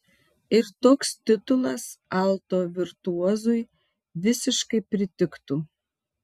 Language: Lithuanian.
ir toks titulas alto virtuozui visiškai pritiktų